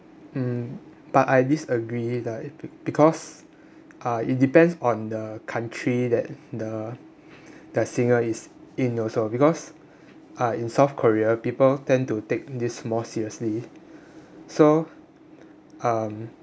um but I disagree like b~ because uh it depends on the country that the the singer is in also because uh in south korea people tend to take this more seriously so um